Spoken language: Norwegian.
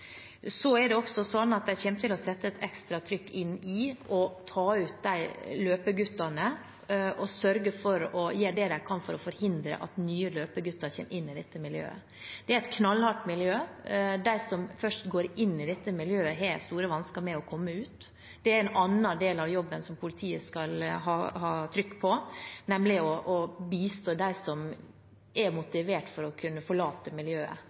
også til å sette et ekstra trykk på å ta ut løpeguttene og sørge for å gjøre det de kan for å forhindre at nye løpegutter kommer inn i dette miljøet. Det er et knallhardt miljø. De som først går inn i dette miljøet, har store vansker med å komme seg ut. Det er en annen del av jobben som politiet skal ha trykk på, nemlig å bistå dem som er motivert til å forlate miljøet,